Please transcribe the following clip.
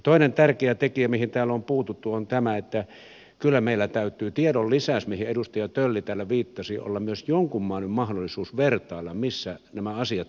toinen tärkeä tekijä mihin täällä on puututtu on tämä että kyllä meillä täytyy tiedon lisäksi mihin edustaja tölli täällä viittasi olla myös jonkunmoinen mahdollisuus vertailla missä nämä asiat tehdään toisin